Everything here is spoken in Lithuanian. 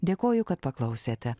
dėkoju kad paklausėte